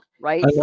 right